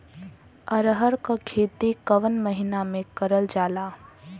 अरहर क खेती कवन महिना मे करल जाला?